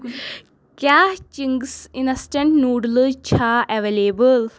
کیٛاہ Ching's instant noodles چھا available